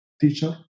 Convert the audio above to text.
teacher